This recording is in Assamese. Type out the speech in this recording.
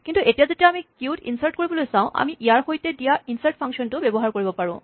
কিন্তু এতিয়া যেতিয়া আমি কিউত ইনছাৰ্ট কৰিবলৈ চাওঁ আমি ইয়াৰ সৈতে দিয়া ইনছাৰ্ট ফাংচনটো ব্যৱহাৰ কৰিব পাৰোঁ